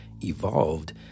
evolved